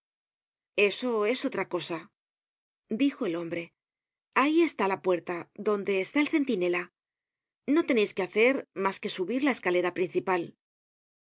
eso es otra cosa dijo el hombre ahí está la puerta donde está el centinela no teneis que hacer mas que subir la escalera principal